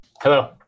Hello